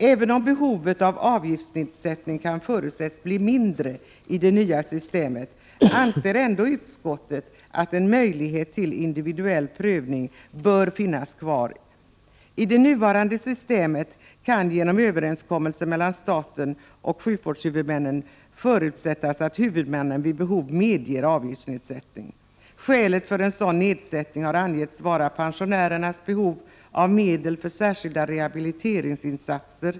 Även om behovet av avgiftsnedsättning kan förutsättas bli mindre i det nya systemet, anser utskottet ändå att en möjlighet till individuell prövning bör finnas kvar. I det nuvarande systemet kan genom överenskommelse mellan staten och sjukvårdshuvudmännen de senare vid behov medge avgiftsnedsättning. Skälet till en sådan nedsättning har angetts vara pensionärernas behov av medel för särskilda rehabiliteringsinsatser.